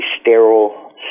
sterile